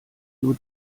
rio